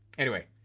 anyway,